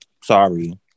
Sorry